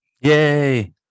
Yay